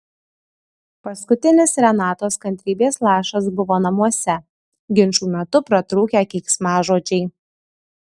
paskutinis renatos kantrybės lašas buvo namuose ginčų metu pratrūkę keiksmažodžiai